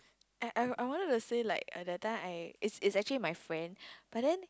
I I I wanted to say like at that time I it's it's actually my friend but then